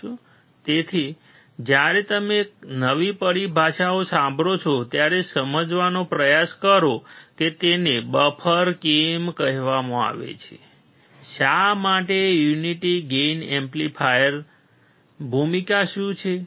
સાચું તેથી જ્યારે તમે નવી પરિભાષાઓ સાંભળો છો ત્યારે સમજવાનો પ્રયાસ કરો કે તેને બફર કેમ કહેવામાં આવે છે શા માટે યુનિટી ગેઇન એમ્પ્લીફાયર ભૂમિકા શું છે